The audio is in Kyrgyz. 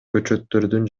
көчөттөрдүн